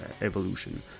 evolution